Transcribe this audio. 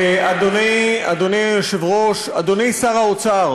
אדוני היושב-ראש, אדוני שר האוצר